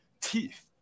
teeth